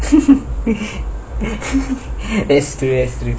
yes yes true